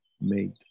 made